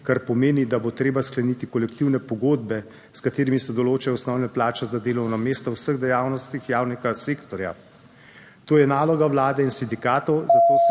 kar pomeni, da bo treba skleniti kolektivne pogodbe, s katerimi se določajo osnovne plače za delovna mesta v vseh dejavnostih javnega sektorja. To je naloga Vlade in sindikatov, zato se